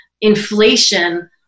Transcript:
inflation